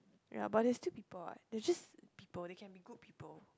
ya but they are still people [what] they're just people they can be good people